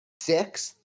sixth